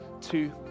two